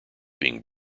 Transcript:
being